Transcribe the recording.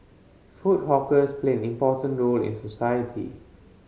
food hawkers played an important role in society